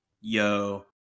Yo